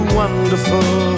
wonderful